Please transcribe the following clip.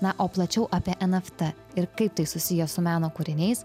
na o plačiau apie en ef tė ir kaip tai susiję su meno kūriniais